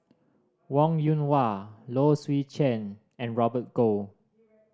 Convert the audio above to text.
Wong Yoon Wah Low Swee Chen and Robert Goh